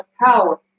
power